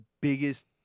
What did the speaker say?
biggest